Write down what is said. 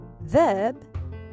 verb